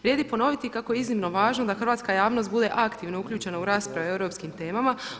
Vrijedi ponoviti kako je iznimno važno da hrvatska javnost bude aktivno uključena u rasprave o europskim temama.